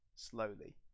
slowly